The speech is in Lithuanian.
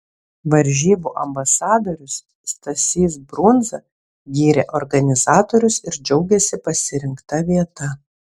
varžybų ambasadorius stasys brundza gyrė organizatorius ir džiaugėsi pasirinkta vieta